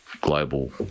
global